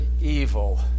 evil